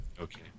Okay